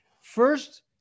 First